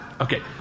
okay